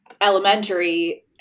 elementary